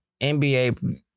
NBA